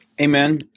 Amen